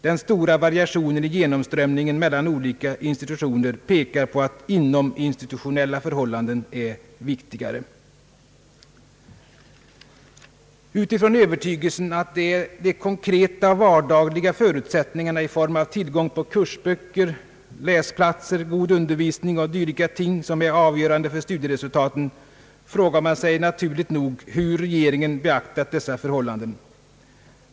Den stora variationen i genomströmningen mellan olika institutioner pekar på att inominstitutionella förhållanden är viktiga.» Utifrån övertygelsen att det är de konkreta och vardagliga förutsättningarna i form av tillgång på kursböcker, läsplatser, god undervisning och dylika ting, som är avgörande för studieresultaten, frågar man sig naturligt nog hur regeringen beaktat dessa förhållanden.